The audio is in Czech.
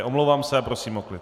Omlouvám se a prosím o klid.